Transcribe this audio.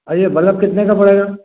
और ये बलफ कितने का पड़ेगा